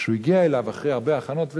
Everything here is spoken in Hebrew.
כשהוא הגיע אליו אחרי הרבה הכנות,